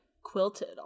quilted